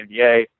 NBA